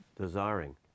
desiring